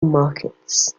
markets